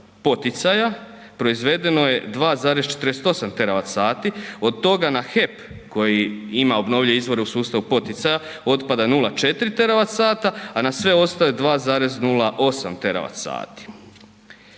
poticaja, proizvedeno je 2,48 TWh, od toga na HEP koji ima obnovljive izvore u sustavu poticaja, otpada 04 TWh, a na sve ostale 2,08 TWh.